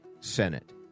Senate